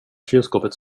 kylskåpet